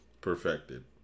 perfected